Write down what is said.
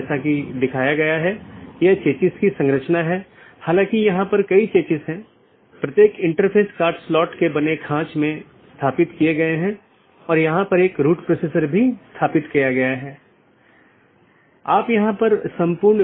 network layer की जानकारी क्या है इसमें नेटवर्क के सेट होते हैं जोकि एक टपल की लंबाई और उपसर्ग द्वारा दर्शाए जाते हैं जैसा कि 14 202 में 14 लम्बाई है और 202 उपसर्ग है और यह उदाहरण CIDR रूट है